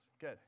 Good